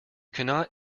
cannot